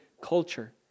culture